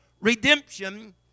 redemption